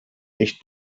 nicht